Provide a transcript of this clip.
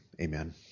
amen